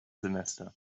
semester